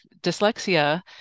dyslexia